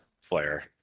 flare